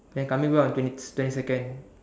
then coming back on the twenty twenty second